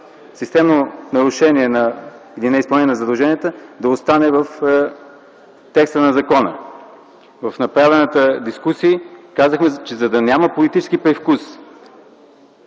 „системно нарушение или неизпълнение на задълженията” в текста на закона. В направената дискусия казахме, че за да няма политически привкус,